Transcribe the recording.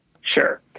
Sure